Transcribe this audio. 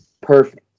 perfect